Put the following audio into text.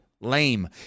Lame